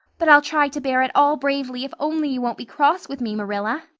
but i'll try to bear it all bravely if only you won't be cross with me, marilla.